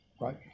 right